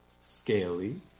scaly